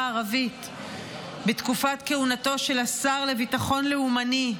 הערבית בתקופת כהונתו של השר לביטחון לאומני.